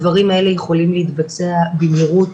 לצערי,